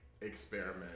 Experiment